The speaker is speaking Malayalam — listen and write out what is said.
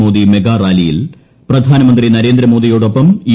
മോദി മെഗാ റാലിയിൽ പ്രധാനമന്ത്രി നരേന്ദ്രമോദിയോടൊപ്പം യു